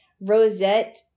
rosette